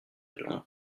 long